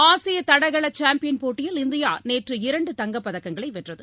ஆசிய தடகள சாம்பியன் போட்டியில் இந்தியா நேற்று இரண்டு தங்கப்பதக்கங்களை வென்றது